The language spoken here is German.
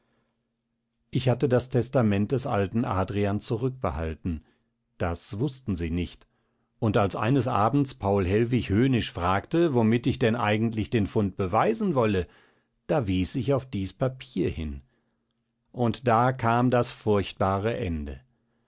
ich hatte das testament des alten adrian zurückbehalten das wußten sie nicht und als eines abends paul hellwig höhnisch fragte womit ich denn eigentlich den fund beweisen wolle da wies ich auf dies papier hin und da kam das furchtbare ende